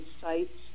sites